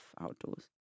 outdoors